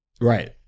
Right